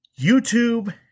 YouTube